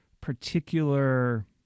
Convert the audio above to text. particular